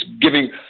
giving